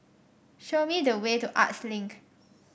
show me the way to Arts Link